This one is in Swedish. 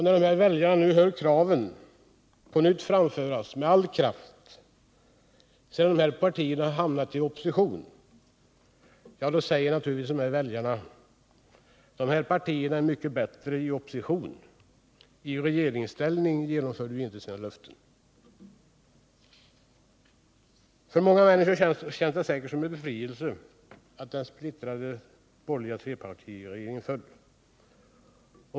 När dessa krav på nytt framförs med all kraft från de partier som nu har fått lämna regeringsmakten, säger sig naturligtvis dessa väljare: De här partierna är mycket bättre i opposition — i regeringsställning genomför de ju inte sina löften. För många människor känns det säkerligen som en befrielse att den splittrade borgerliga trepartiregeringen föll.